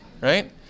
right